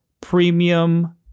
premium